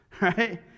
right